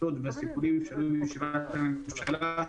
הסיכונים והחששות שעלו בישיבת הממשלה.